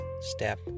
step